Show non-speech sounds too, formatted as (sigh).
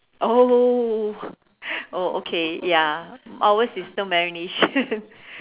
oh oh okay ya ours is no marination (laughs)